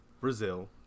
Brazil